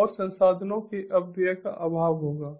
और संसाधनों के अपव्यय का अभाव होगा